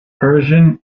persian